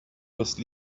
was